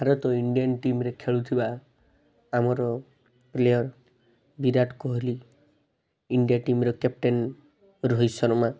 Bharat Indian ଟିମ୍ରେ ଖେଳୁଥିବା ଆମର player Virat Kohli India team ର କ୍ୟାପଟେନ୍ ରୋହିତ ଶର୍ମା